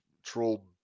trolled